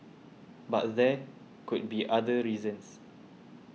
but there could be other reasons